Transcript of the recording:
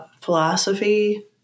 philosophy